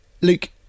luke